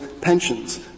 pensions